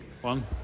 one